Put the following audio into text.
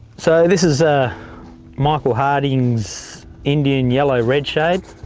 so this is a michael hardings indian yellow red shade.